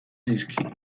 zaizkio